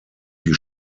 die